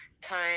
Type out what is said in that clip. time